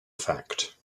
fact